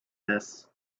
this